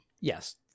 Yes